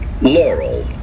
Laurel